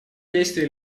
действий